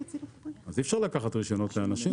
אי אפשר לקחת רישיון מאנשים.